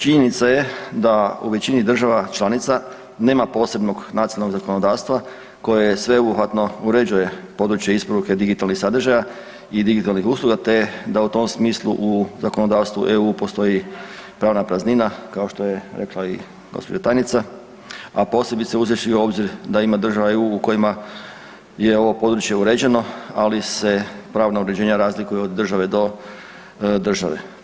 Činjenica je da u većini država članica nema posebnog nacionalnog zakonodavstva koje sveobuhvatno uređuje područje isporuke digitalnih sadržaja i digitalnih usluga, te da u tom smislu u zakonodavstvu EU postoji pravna praznina, kao što je rekla i gđa. tajnica, a posebice uzevši u obzir da ima država EU u kojima je ovo područje uređeno, ali se pravo uređenje razlikuje od države do države.